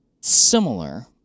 similar